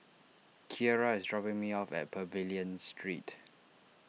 Keara is dropping me off at Pavilion Street